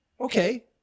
okay